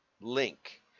link